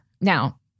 Now